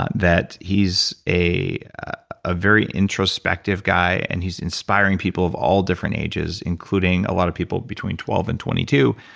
that that he's a a very introspective guy, and he's inspiring people of all different ages, including a lot of people between twelve and twenty two,